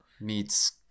Meets